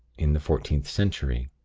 in the fourteenth century.